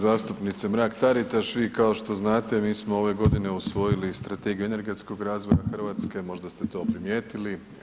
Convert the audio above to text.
Zastupnice Mrak Taritaš vi kao što znate mi smo ove godine usvojili Strategiju energetskog razvoja Hrvatske, možda ste to primijetili.